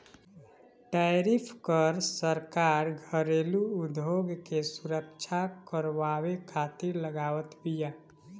tariff कर सरकार घरेलू उद्योग के सुरक्षा करवावे खातिर लगावत बिया